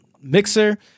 mixer